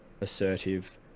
assertive